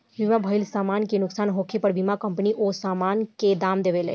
बीमा भइल समान के नुकसान होखे पर बीमा कंपनी ओ सामान के दाम देवेले